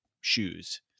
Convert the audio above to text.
shoes